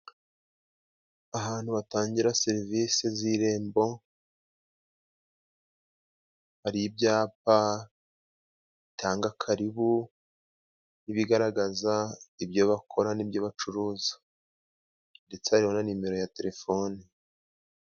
Ahantu batangira Serivisi z'Irembo, hari ibyapa bitanga karibu n'ibigaragaza ibyo bakora n'ibyo bacuruza ndetse hari na numero ya Telefoni.